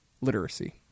literacy